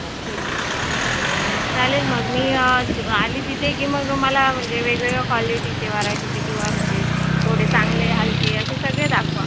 अच्छा ठीक आहे चालेल मग मी आले तिथे की मग मला म्हणजे वेगवेगळ्या कॉलिटीचे किंवा व्हरायटीचे किंवा म्हणजे थोडे चांगले हलके असे सगळे दाखवा